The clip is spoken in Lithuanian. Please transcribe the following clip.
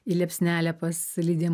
į liepsnelę pas lidiją